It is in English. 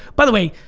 by the way,